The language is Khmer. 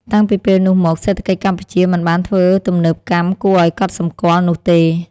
តាំងពីពេលនោះមក សេដ្ឋកិច្ចកម្ពុជាមិនបានធ្វើទំនើបកម្មគួរអោយកត់សំគាល់នោះទេ ។